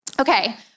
Okay